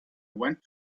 went